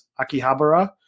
Akihabara